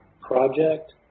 Project